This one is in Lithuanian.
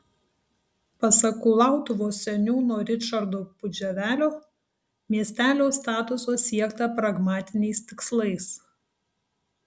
pasak kulautuvos seniūno ričardo pudževelio miestelio statuso siekta pragmatiniais tikslais